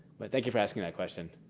but thank you for asking that question.